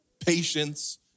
patience